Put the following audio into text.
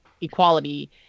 equality